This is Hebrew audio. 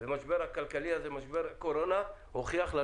ומשבר הכלכלי הזה, משבר הקורונה, הוכיח לנו